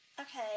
Okay